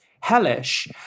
hellish